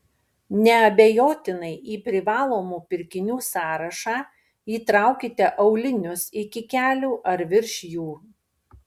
neabejotinai į privalomų pirkinių sąrašą įtraukite aulinius iki kelių ar virš jų